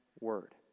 Word